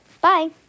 bye